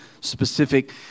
specific